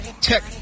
tech